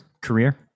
career